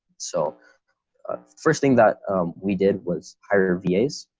so first thing that we did was hire va s.